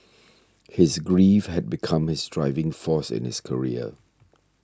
his grief had become his driving force in his career